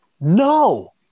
No